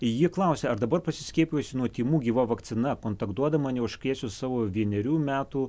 ji klausia ar dabar pasiskiepijusi nuo tymų gyva vakcina kontaktuodama neužkrėsiu savo vienerių metų